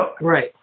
Right